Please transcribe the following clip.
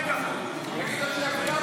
חבר הכנסת מאיר כהן, מאיר כהן, די.